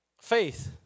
Faith